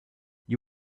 you